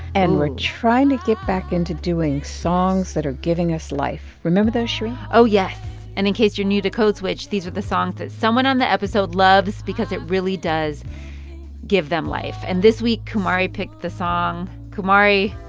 and we're trying to get back into doing songs that are giving us life. remember those, shereen? oh, yes. and in case you're new to code switch, these are the songs that someone on the episode loves because it really does give them life. and this week, kumari picked the song. kumari,